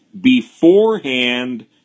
beforehand